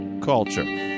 culture